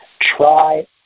try